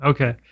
Okay